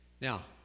Now